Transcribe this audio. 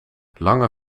lange